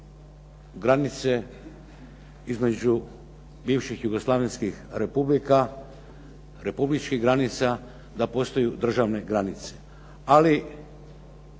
granice između bivših Jugoslavenskih republika, republičkih granica da postaju državne granice, ali